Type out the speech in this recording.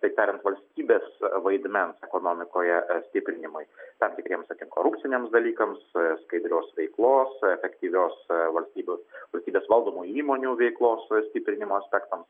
taip tariant valstybės vaidmens ekonomikoje stiprinimui tam tikriems antikorupciniams dalykams skaidrios veiklos efektyvios valstybių valstybės valdomų įmonių veiklos stiprinimo aspektams